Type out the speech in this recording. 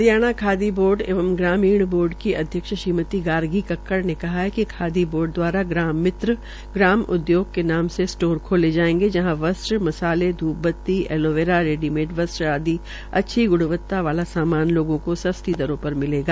Haryana Khadi board एवं ग्रामीण board की अध्यक्ष श्रीमती गार्गी कक्कड़ ने कहा कि खादी बोर्ड दवारा ग्राम मित्र ग्राम उदयोग के नाम से स्टोर खोले जाएंगे जहां वस्त्र मसाले ध्रपबत्ती एलोवेरा रेडीमेड के वस्त्र आदि अच्छी ग्णवता वाला सामान लोगों को सस्ती दरों पर मिलेगा